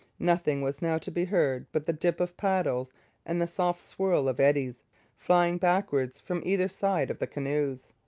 nothing was now to be heard but the dip of paddles and the soft swirl of eddies flying backward from either side of the canoes.